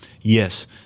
yes